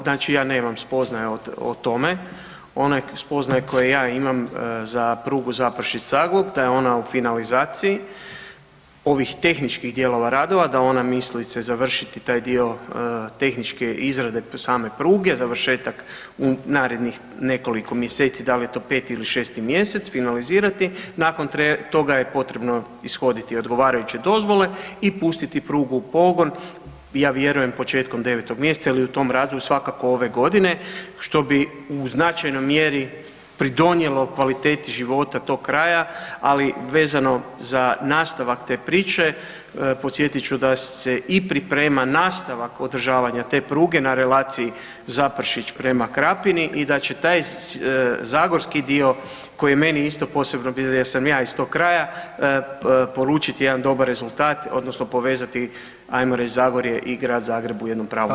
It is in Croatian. Znači, ja nemam spoznaja o tome, one spoznaje koje ja imam za prugu Zaprešić-Zabok, da je ona u finalizaciji, ovih tehničkih dijelova radova, da ona misli se završiti taj dio tehničke izrade po same pruge, završetak u narednih nekoliko mjeseci, da li je to 5. ili 6. mj., finalizirati, nakon toga je potrebno ishoditi odgovarajuće dozvole i pustiti prugu u pogon, ja vjerujem početkom 9. mj. ili u tom razdoblju svakako ove godine, što bi u značajnoj mjeri pridonijelo kvaliteti života tog kraja ali vezano za nastavak te priče, podsjetit ću da se i priprema nastavak održavanja te pruge na relaciji Zaprešić prema Krapini i da će taj zagorski dio koji je meni isto posebno ... jer sam ja iz tog kraja, polučit jedan dobar rezultat odnosno povezati ajmo reći Zagorje i grad Zagreb u jednom pravom svjetlu.